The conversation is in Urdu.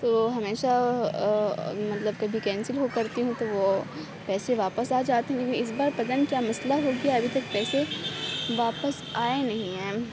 تو ہمیشہ مطلب کبھی کینسل ہو کرتی ہوں تو وہ پیسے واپس آ جاتے ہیں لیکن اس بار پتہ نہیں کیا مسئلہ ہو گیا ابھی تک پیسے واپس آئے نہیں ہیں